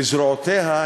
בזרועותיה,